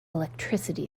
electricity